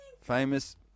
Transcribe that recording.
Famous